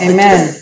Amen